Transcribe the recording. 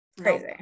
crazy